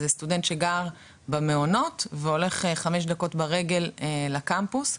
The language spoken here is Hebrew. סטודנט שגר במעונות והולך חמש דקות ברגל לקמפוס.